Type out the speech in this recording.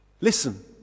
Listen